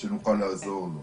שנוכל לעזור לו.